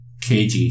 KG